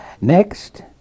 Next